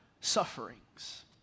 sufferings